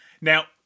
Now